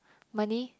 money